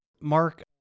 Mark